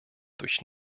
durch